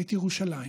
את ירושלים